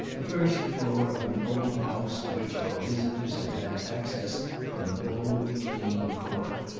the first floor of an old house to which our visitors had had access from an old clean court.